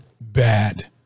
bad